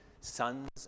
sons